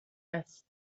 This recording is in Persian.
است